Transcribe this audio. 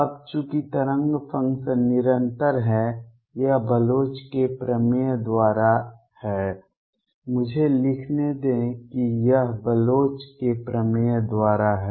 अब चूंकि तरंग फंक्शन निरंतर है यह बलोच के प्रमेय द्वारा है मुझे लिखने दें कि यह बलोच के प्रमेय द्वारा है